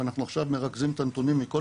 ואנחנו עכשיו מרכזים את הנתונים מכל